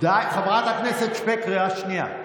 הדבר היחידי, חברת הכנסת שפק, קריאה שנייה.